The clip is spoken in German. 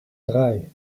drei